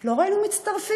לא ראינו מצטרפים.